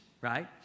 right